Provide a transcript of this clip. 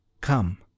Come